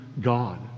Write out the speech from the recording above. god